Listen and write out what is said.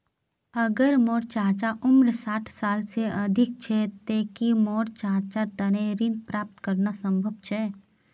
अगर मोर चाचा उम्र साठ साल से अधिक छे ते कि मोर चाचार तने ऋण प्राप्त करना संभव छे?